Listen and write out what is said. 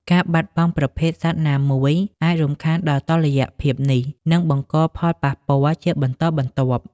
ការបាត់បង់ប្រភេទសត្វណាមួយអាចរំខានដល់តុល្យភាពនេះ និងបង្កផលប៉ះពាល់ជាបន្តបន្ទាប់។